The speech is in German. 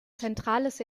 zentrales